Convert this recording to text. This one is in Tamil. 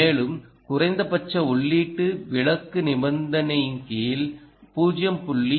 மேலும் குறைந்தபட்ச உள்ளீட்டு விளக்கு நிபந்தனையின் கீழ் 0